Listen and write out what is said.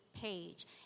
page